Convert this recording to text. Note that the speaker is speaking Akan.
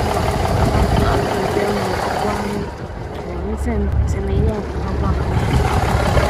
ͻma me m'ahomka ntsi mebɛyɛ fafranta dɛm da no.